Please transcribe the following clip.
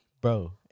Bro